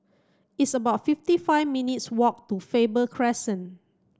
it's about fifty five minutes' walk to Faber Crescent